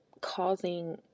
causing